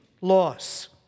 loss